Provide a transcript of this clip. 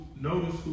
Notice